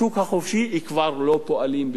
כבר לא פועלים בשום פנים ואופן.